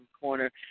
Corner